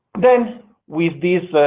then with this